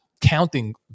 counting